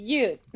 use